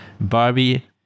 Barbie